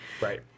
Right